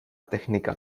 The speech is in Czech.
technika